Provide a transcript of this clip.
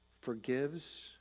forgives